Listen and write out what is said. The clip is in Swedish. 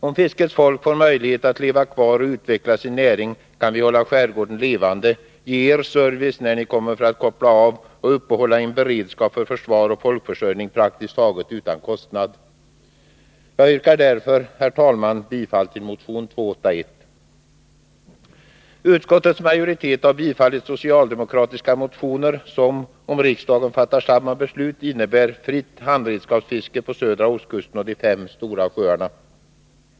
Om fiskets folk får möjlighet att leva kvar och utveckla sin näring kan vi hålla skärgården levande, ge er service när ni kommer ut för att koppla av och uppehålla en beredskap för försvar och folkförsörjning praktiskt taget utan kostnad. Jag yrkar därför, herr talman, bifall till motion 281. Utskottets majoritet har tillstyrkt socialdemokratiska motioner som, om riksdagen fattar samma beslut, innebär fritt handredskapsfiske på södra ostkusten och i de fem stora sjöarna.